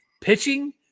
Pitching